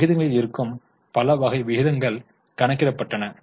எனவே விகிதங்களில் இருக்கும் பல வகை விகிதங்கள் கணக்கிடப்பட்டன